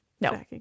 No